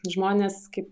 žmonės kaip